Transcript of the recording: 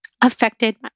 affected